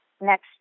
next